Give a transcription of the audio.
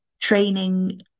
training